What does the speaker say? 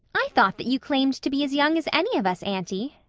i thought that you claimed to be as young as any of us, aunty,